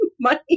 money